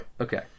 Okay